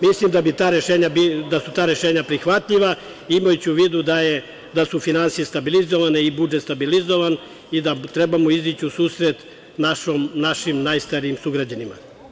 Mislim da su ta rešenja prihvatljiva, imajući u vidu da su finansije stabilizovane i budžet stabilizovan i da trebamo izaći u susret našim najstarijim sugrađanima.